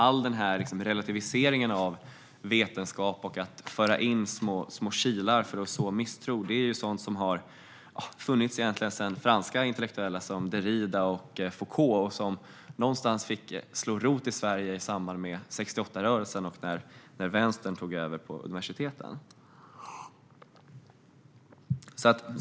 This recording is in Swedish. All relativisering av vetenskap och att föra in små kilar för att så misstro är ju sådant som har funnits sedan franska intellektuella som Derrida och Foucault och som fick slå rot i Sverige i samband med 68-rörelsen då vänstern tog över på universiteten.